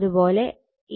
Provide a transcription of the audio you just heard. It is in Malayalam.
അത് പോലെ ഇവിടെ x l1 L1